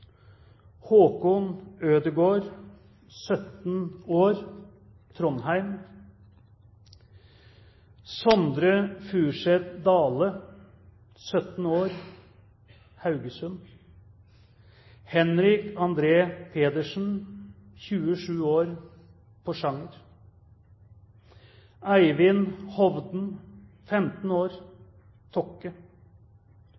Håkon Ødegaard, 17 år, Trondheim Sondre Furseth Dale, 17 år, Haugesund Henrik André Pedersen, 27 år, Porsanger Eivind Hovden, 15 år,